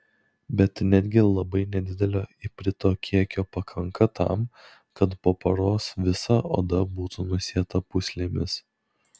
bet netgi labai nedidelio iprito kiekio pakanka tam kad po paros visa oda būtų nusėta pūslėmis